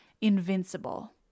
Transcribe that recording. invincible